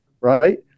Right